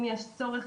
אם יש צורך,